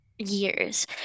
Years